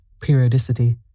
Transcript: periodicity